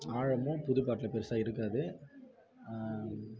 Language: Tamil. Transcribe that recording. ஆழமும் புது பாட்டில் பெருசாக இருக்காது